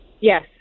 Yes